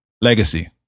legacy